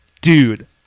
Dude